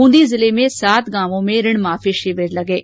ब्रंदी जिले में सात गांवों में ऋणमाफी शिविर लगाए गए